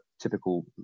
typical